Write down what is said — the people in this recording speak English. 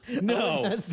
no